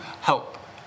help